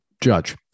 judge